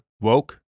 Woke